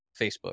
Facebook